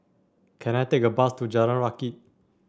can I take a bus to Jalan Rakit